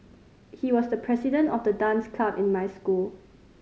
he was the president of the dance club in my school